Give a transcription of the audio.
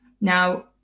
Now